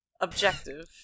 objective